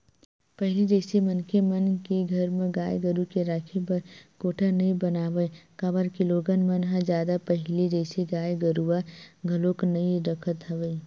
पहिली जइसे मनखे मन के घर म गाय गरु के राखे बर कोठा नइ बनावय काबर के लोगन मन ह जादा पहिली जइसे गाय गरुवा घलोक नइ रखत हवय